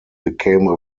became